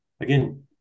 again